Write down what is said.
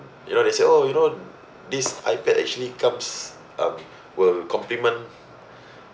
you know they say oh you know this iPad actually comes um will complement